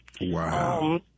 Wow